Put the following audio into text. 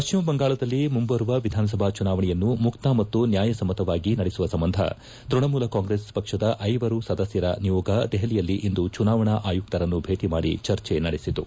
ಪಶ್ಚಿಮ ಬಂಗಾಳದಲ್ಲಿ ಮುಂಬರುವ ವಿಧಾನಸಭಾ ಚುನಾವಣೆಯನ್ನು ಮುಕ್ತ ಮತ್ತು ನ್ಯಾಯಸಮ್ಮತವಾಗಿ ನಡೆಸುವ ಸಂಬಂಧ ತ್ವಣಮೂಲ ಕಾಂಗ್ರೆಸ್ ಪಕ್ಷದ ಐವರು ಸದಸ್ನರ ನಿಯೋಗ ದೆಹಲಿಯಲ್ಲಿಂದು ಚುನಾವಣಾ ಆಯುಕ್ತರನ್ನು ಭೇಟ ಮಾಡಿ ಚರ್ಚೆ ನಡೆಸಿತು